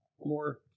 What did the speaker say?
more